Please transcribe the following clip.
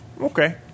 Okay